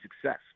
success